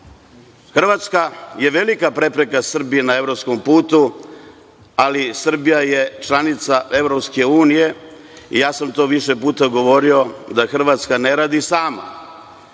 Hrvatska je velika prepreka Srbije na evropskom putu, ali Srbija je članica EU i ja sam to više puta govorio, da Hrvatska ne radi sama,